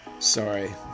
Sorry